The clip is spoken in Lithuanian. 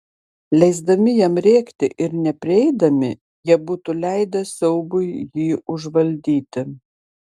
leisdami jam rėkti ir neprieidami jie būtų leidę siaubui jį užvaldyti